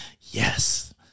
yes